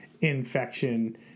infection